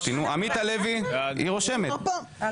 עמית הלוי בעד,